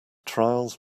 trials